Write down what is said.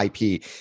IP